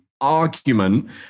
argument